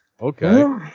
Okay